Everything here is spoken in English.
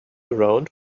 around